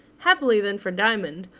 happily then for diamond,